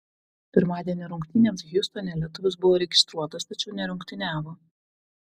pirmadienio rungtynėms hjustone lietuvis buvo registruotas tačiau nerungtyniavo